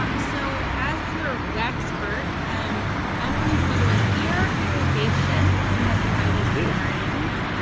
um so as your waxpert, and i'm going to be doing ear irrigation, invented by the sumerians.